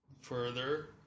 Further